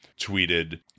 tweeted